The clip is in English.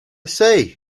say